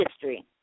history